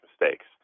mistakes